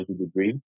degree